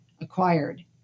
acquired